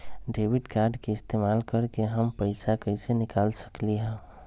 Debit card के इस्तेमाल करके हम पैईसा कईसे निकाल सकलि ह?